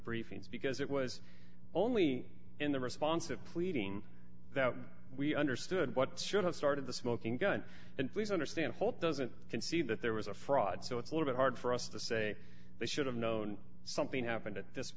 briefings because it was only in the responsive pleading that we understood what should have started the smoking gun and please understand full doesn't concede that there was a fraud so it's a little bit hard for us to say they should have known something happened at this